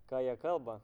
ką jie kalba